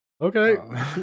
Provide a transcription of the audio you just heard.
Okay